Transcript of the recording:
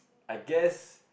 I guess